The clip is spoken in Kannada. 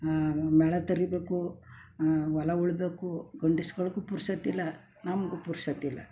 ಹಾಗೂ ಮಳೆ ತರಿಬೇಕು ಹೊಲ ಉಳ್ಬೇಕು ಗಂಡಸುಗಳ್ಗೂ ಪುರ್ಸೊತ್ತು ಇಲ್ಲ ನಮಗೂ ಪುರ್ಸೊತ್ತು ಇಲ್ಲ